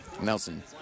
Nelson